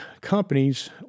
companies